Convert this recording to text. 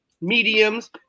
mediums